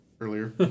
earlier